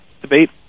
debate